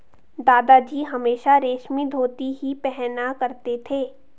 दादाजी हमेशा रेशमी धोती ही पहना करते थे